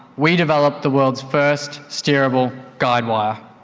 we developed the world's first steerable guide wire.